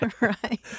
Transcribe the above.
Right